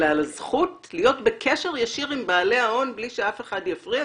אלא על הזכות להיות בקשר ישיר עם בעלי ההון בלי שאף אחד יפריע?